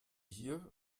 hier